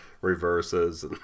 reverses